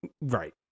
right